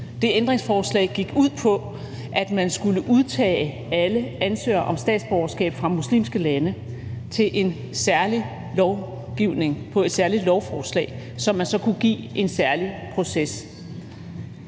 Det ændringsforslag gik ud på, at man skulle udtage alle ansøgere om statsborgerskab fra muslimske lande og sætte dem på et særligt lovforslag, som man så kunne give en særlig proces.